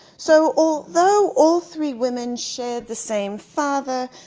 so although all three women shared the same father,